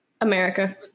America